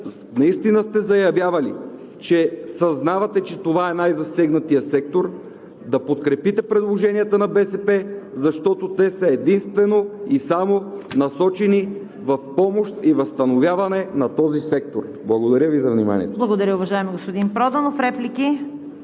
наистина сте заявявали, че съзнавате, че това е най-засегнатият сектор, да подкрепите предложенията на БСП, защото те са единствено и само насочени в помощ и възстановяване на този сектор. Благодаря Ви за вниманието. ПРЕДСЕДАТЕЛ ЦВЕТА КАРАЯНЧЕВА: Благодаря, уважаеми господин Проданов. Реплики?